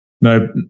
no